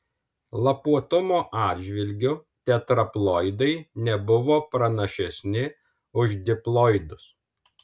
lapuotumo atžvilgiu tetraploidai nebuvo pranašesni už diploidus